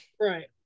Right